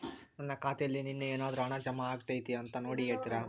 ನನ್ನ ಖಾತೆಯಲ್ಲಿ ನಿನ್ನೆ ಏನಾದರೂ ಹಣ ಜಮಾ ಆಗೈತಾ ಅಂತ ನೋಡಿ ಹೇಳ್ತೇರಾ?